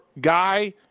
guy